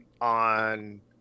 on